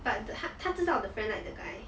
but 他知道 the friend like the guy